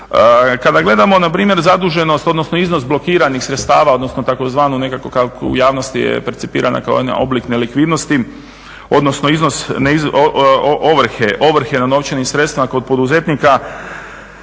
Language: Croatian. Kada gledamo na primjer zaduženost odnosno iznos blokiranih sredstava odnosno tzv. nekakvu kako u javnosti je percipirana kao jedan oblik nelikvidnosti, odnosno iznos ovrhe na novčanim sredstvima kod poduzetnika.